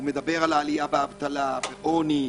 הוא מדבר על עלייה באבטלה, עוני,